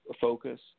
focus